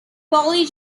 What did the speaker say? polly